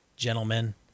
Gentlemen